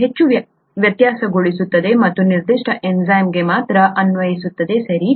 ಇದು ಹೆಚ್ಚು ವ್ಯತ್ಯಾಸಗೊಳ್ಳುತ್ತದೆ ಮತ್ತು ನಿರ್ದಿಷ್ಟ ಎನ್ಝೈಮ್ಗೆ ಮಾತ್ರ ಅನ್ವಯಿಸುತ್ತದೆ ಸರಿ